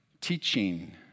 teaching